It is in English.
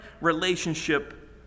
relationship